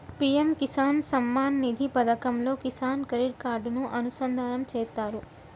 PM Kisan Samman Nidhi పథకంతో Kisan credit కార్డుని అనుసంధానం చేత్తారు